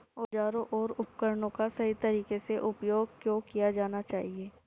औजारों और उपकरणों का सही तरीके से उपयोग क्यों किया जाना चाहिए?